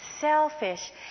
selfish